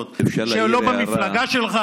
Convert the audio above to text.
בלילה, תקשיב, שהם גם לא רווחיים למדינה וגם,